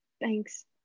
thanks